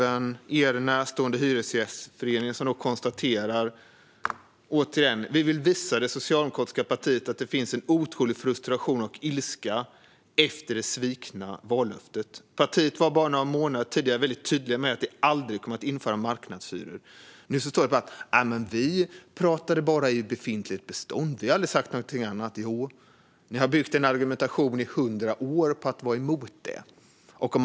Er närstående Hyresgästföreningen konstaterar att de vill visa det socialdemokratiska partiet att det finns en otålig frustration och ilska efter det svikna vallöftet. Partiet var bara några månader tidigare tydligt med att ni aldrig kommer att införa marknadshyror. Nu säger ni att ni pratade bara om befintligt bestånd och att ni aldrig har sagt något annat. Jo, ni har byggt er argumentation i hundra år på att vara emot marknadshyror.